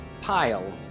pile